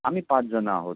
आम्ही पाचजणं आहोत